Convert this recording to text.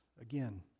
Again